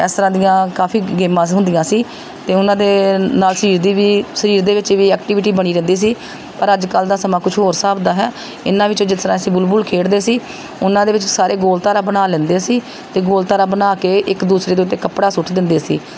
ਇਸ ਤਰ੍ਹਾਂ ਦੀਆਂ ਕਾਫੀ ਗੇਮਾਂ ਹੁੰਦੀਆਂ ਸੀ ਅਤੇ ਉਹਨਾਂ ਦੇ ਨਾਲ ਸਰੀਰ ਦੀ ਵੀ ਸਰੀਰ ਦੇ ਵਿੱਚ ਵੀ ਐਕਟੀਵਿਟੀ ਬਣੀ ਰਹਿੰਦੀ ਸੀ ਪਰ ਅੱਜ ਕੱਲ੍ਹ ਦਾ ਸਮਾਂ ਕੁਛ ਹੋਰ ਹਿਸਾਬ ਦਾ ਹੈ ਇਹਨਾਂ ਵਿੱਚੋਂ ਜਿਸ ਤਰ੍ਹਾਂ ਅਸੀਂ ਬੁਲਬੁਲ ਖੇਡਦੇ ਸੀ ਉਹਨਾਂ ਦੇ ਵਿੱਚ ਸਾਰੇ ਗੋਲ ਧਾਰਾ ਬਣਾ ਲੈਂਦੇ ਸੀ ਅਤੇ ਗੋਲ ਧਾਰਾ ਬਣਾ ਕੇ ਇੱਕ ਦੂਸਰੇ ਦੇ ਉੱਤੇ ਕੱਪੜਾ ਸੁੱਟ ਦਿੰਦੇ ਸੀ